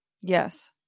Yes